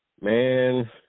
Man